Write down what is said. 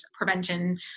prevention